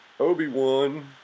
Obi-Wan